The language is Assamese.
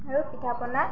আৰু পিঠা পনা